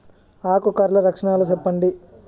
ఆకు కర్ల లక్షణాలు సెప్పండి